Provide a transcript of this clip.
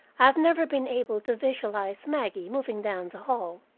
i have never been able to visualize maggie moving down the hall.